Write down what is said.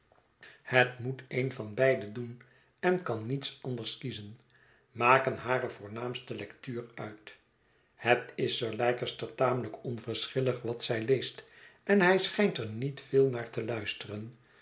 het moet een van beide doen en kan niets anders kiezen maken hare voornaamste lectuur uit het is sir leicester tamelijk onverschillig wat zij leest en hij schijnt er niet veel naar te luisteren